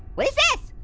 what is this,